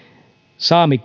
sami